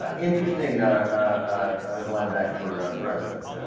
ah interesting ah ah. going back for a president ah.